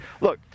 look